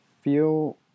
feel